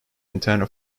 antenna